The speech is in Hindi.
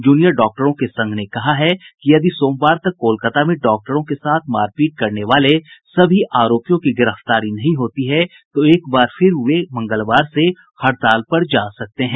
जूनियर डॉक्टरों के संघ ने कहा है कि यदि सोमवार तक कोलकाता में डॉक्टरों के साथ मारपीट करने वाले सभी आरोपियों की गिरफ्तारी नहीं होती है तो एक बार फिर वे मंगलवार से हड़ताल पर जा सकते हैं